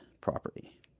property